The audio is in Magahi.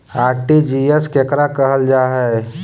आर.टी.जी.एस केकरा कहल जा है?